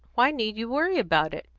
why need you worry about it?